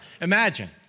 Imagine